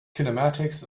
kinematics